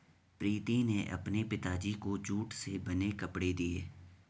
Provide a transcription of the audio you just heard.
प्रीति ने अपने पिताजी को जूट से बने कपड़े दिए